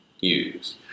use